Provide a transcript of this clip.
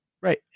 Right